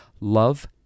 Love